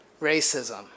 racism